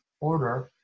order